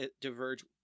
diverge